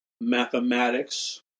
mathematics